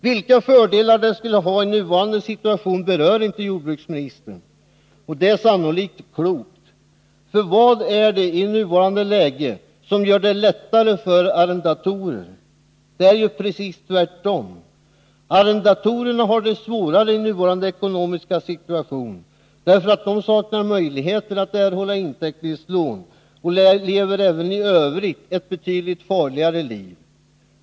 Vilka fördelar det skulle ha i nuvarande situation berör inte jordbruksministern. Det är sannolikt klokt. För vad är det i nuvarande läge som gör det lättare att vara arrendator? Det är ju precis tvärtom! Arrendatorerna har det svårare i nuvarande ekonomiska situation, därför att de saknar möjlighet att erhålla inteckningslån och även i övrigt lever ett betydligt farligare liv.